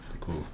Cool